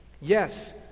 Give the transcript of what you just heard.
Yes